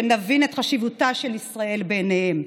שנבין את חשיבותה של ישראל בעיניהם,